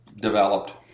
developed